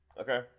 Okay